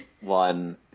one